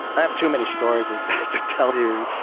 i have too many stories to tell you,